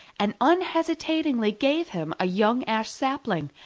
and unhesitatingly gave him a young ash sapling,